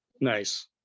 nice